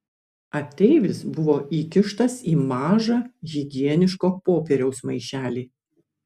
ateivis buvo įkištas į mažą higieniško popieriaus maišelį